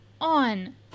on